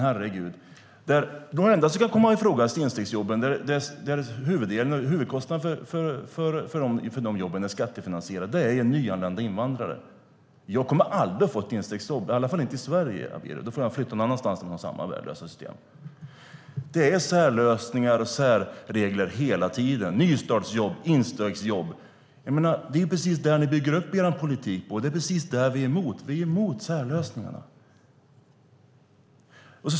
De enda som kan komma i fråga för instegsjobben där huvudkostnaden är skattefinansierad är nyanlända invandrare. Jag kommer aldrig att få ett instegsjobb, i alla fall inte i Sverige. Då får jag flytta någonstans där man har samma värdelösa system. Det är särlösningar och särregler hela tiden. Det är nystartsjobb och instegsjobb. Det är det ni bygger upp er politik på. Det är det vi är emot. Vi är emot särlösningar.